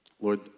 Lord